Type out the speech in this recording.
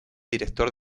director